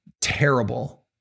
terrible